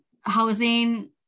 housing